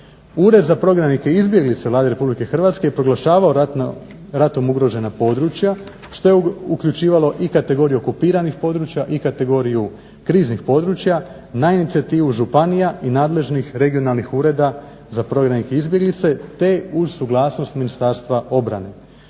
Ured za prognanike i izbjeglice Vlade RH je proglašavao ratom ugrožena područja što je uključivalo i kategoriju okupiranih područja i kategoriju kriznih područja na inicijativu županija i nadležnih regionalnih Ureda za prognanike i izbjeglice te uz suglasnost Ministarstva obrane.